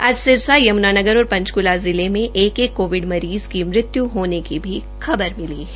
आज सिरसा यमुनानगर और पंचकूला जिले में एक एक कोविड मरीज़ की मृत्यु होने की भी खबर मिली है